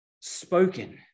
spoken